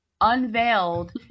unveiled